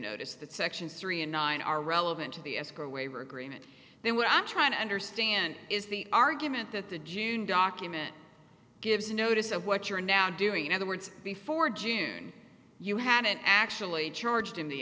notice that sections three and nine are relevant to the escrow waiver agreement then what i'm trying to understand is the argument that the june document gives notice of what you're now doing in other words before june you hadn't actually charged in the